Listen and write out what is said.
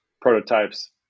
prototypes